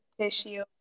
tissue